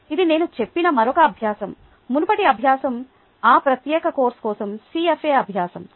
ఇది నేను చెప్పిన మరొక అభ్యాసo మునుపటి అభ్యాసo ఆ ప్రత్యేక కోర్సు కోసం CFA అభ్యాసo